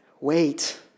Wait